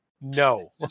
no